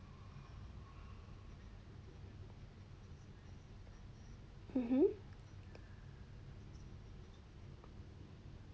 mmhmm